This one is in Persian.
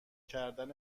کردن